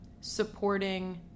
supporting